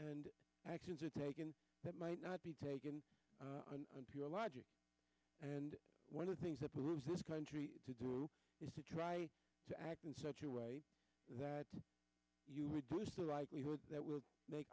and actions are taken that might not be taken your logic and one of the things up in this country to do is to try to act in such a way that you reduce the likelihood that will make